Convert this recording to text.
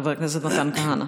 חבר הכנסת מתן כהנא.